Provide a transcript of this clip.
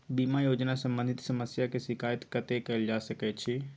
बीमा योजना सम्बंधित समस्या के शिकायत कत्ते कैल जा सकै छी?